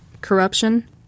Corruption